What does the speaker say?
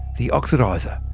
the oxidizer.